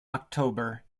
october